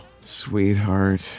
sweetheart